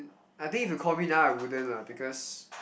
I think if you call me now I wouldn't lah because